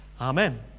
Amen